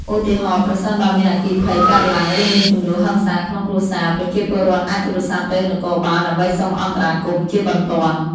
ឧទាហរណ៍ ប្រសិនបើមានអគ្គីភ័យកើតឡើង ឬមានជម្លោះហិង្សាក្នុងគ្រួសារ ប្រជាពលរដ្ឋអាចទូរស័ព្ទទៅនគរបាលដើម្បីសុំអន្តរាគមន៍ជាបន្ទាន់។